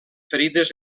ferides